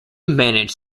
managed